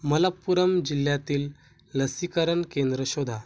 मलप्पुरम जिल्ह्यातील लसीकरण केंद्र शोधा